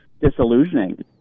disillusioning